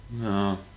No